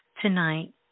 tonight